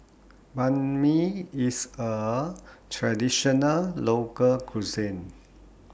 Banh MI IS A Traditional Local Cuisine